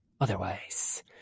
otherwise